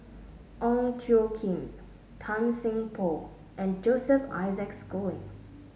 Ong Tjoe Kim Tan Seng Poh and Joseph Isaac Schooling